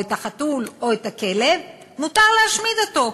את החתול או את הכלב, מותר להשמיד אותו.